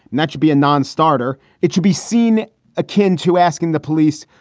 and that should be a non-starter. it should be seen akin to asking the police.